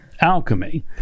alchemy